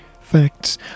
Facts